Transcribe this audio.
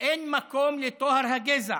אין מקום לטוהר הגזע,